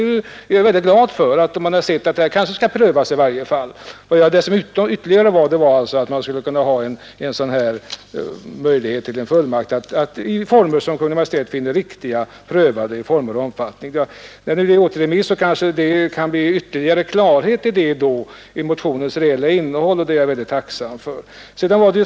Jag är glad för att man har insett att förslaget kanske borde prövas. Jag föreslog ytterligare att det skulle finnas en möjlighet till fullmakt och att i former som Kungl. Maj:t finner riktiga pröva förslaget till former och omfattning av utbetalning av bidrag. Vid en återremiss kanske det kan vinnas ytterligare klarhet i motionens reella innehåll, vilket jag är väldigt tacksam för.